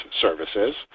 services